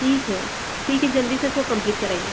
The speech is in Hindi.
ठीक है ठीक है जल्दी से इसको कंप्लीट कराइए